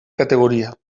categoria